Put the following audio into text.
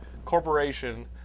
Corporation